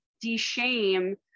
de-shame